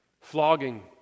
flogging